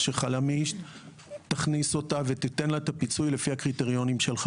יש שתי הצעות חוק ראשונות שהגשתי כשנבחרתי לכנסת לפני ארבע שנים,